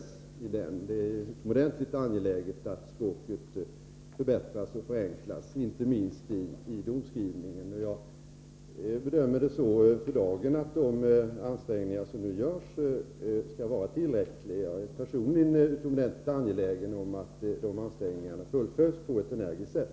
Det är utomordentligt angeläget att språket förbättras och förenklas, inte minst i domskrivningar. Jag bedömer det för dagen så att de ansträngningar som nu görs skall vara tillräckliga, och jag är personligen utomordentligt angelägen om att de ansträngningarna fullföljs på ett energiskt sätt.